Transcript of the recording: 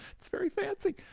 it's very fancy.